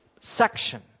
section